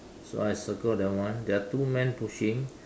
so I circle that one there are two men pushing